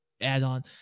add-on